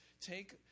take